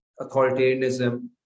authoritarianism